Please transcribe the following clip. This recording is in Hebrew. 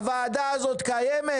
הוועדה הזאת קיימת?